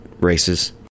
races